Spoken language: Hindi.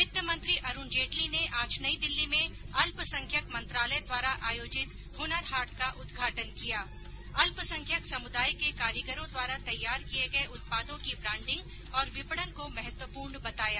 वित्त मंत्री अरूण जेटली ने आज नई दिल्ली में अल्पसंख्यक मंत्रालय द्वारा आयोजित हुनर हाट का उद्घाटन किया अल्पसंख्यक समुदाय के कारीगरों द्वारा तैयार किये गये उत्पादों की ब्रांडिंग और विपणन को महत्वपूर्ण बताया